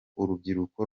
urubyiruko